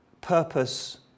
purpose